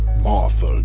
Martha